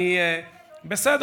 אני לא מאמינה באלוהים.